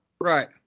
Right